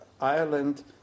Ireland